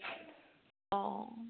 অঁ